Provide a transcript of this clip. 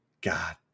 God